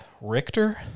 Richter